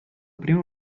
prima